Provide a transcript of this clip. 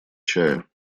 чая